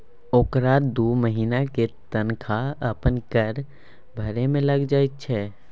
ओकरा दू महिनाक तनखा अपन कर भरय मे लागि जाइत छै